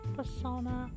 Persona